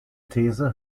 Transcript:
these